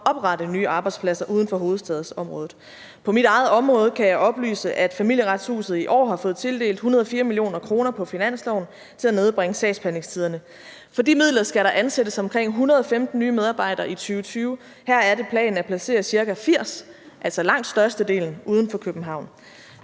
oprette nye arbejdspladser uden for hovedstadsområdet. På mit eget område kan jeg oplyse, at Familieretshuset i år har fået tildelt 104 mio. kr. på finansloven til at nedbringe sagsbehandlingstiderne. For de midler skal der ansættes omkring 115 nye medarbejdere i 2020, og heraf er det planen at placere ca. 80, altså langt størstedelen, uden for København.